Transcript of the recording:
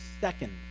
second